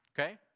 okay